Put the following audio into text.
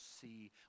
see